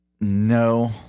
No